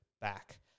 back